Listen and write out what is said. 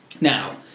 Now